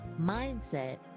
mindset